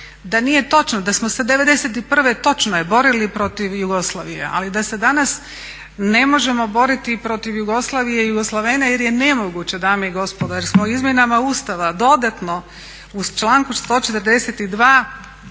da nije točno da smo se '91.točno je borili protiv Jugoslavije, ali da se danas ne možemo boriti protiv Jugoslavije i Jugoslavene jer je nemoguće dame i gospodo jer smo izmjenama Ustava dodatno u članku